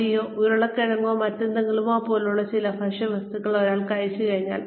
അരിയോ ഉരുളക്കിഴങ്ങോ മറ്റെന്തെങ്കിലുമോ പോലുള്ള ചില ഭക്ഷ്യവസ്തുക്കൾ ഒരാൾ കഴിച്ചു കഴിഞ്ഞാൽ